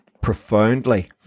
profoundly